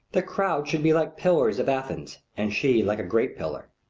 the crowds should be like pillars of athens, and she like a great pillar.